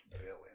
villain